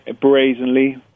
brazenly